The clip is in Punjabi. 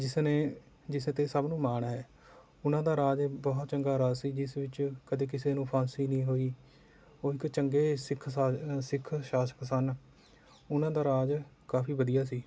ਜਿਸ ਨੇ ਜਿਸ 'ਤੇ ਸਭ ਨੂੰ ਮਾਣ ਹੈ ਉਹਨਾਂ ਦਾ ਰਾਜ ਬਹੁਤ ਚੰਗਾ ਰਾਜ ਸੀ ਜਿਸ ਵਿੱਚ ਕਦੇ ਕਿਸੇ ਨੂੰ ਫਾਂਸੀ ਨਹੀਂ ਹੋਈ ਉਹ ਇੱਕ ਚੰਗੇ ਸਿੱਖ ਸਾ ਸਿੱਖ ਸ਼ਾਸਕ ਸਨ ਉਹਨਾਂ ਦਾ ਰਾਜ ਕਾਫੀ ਵਧੀਆ ਸੀ